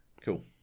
Cool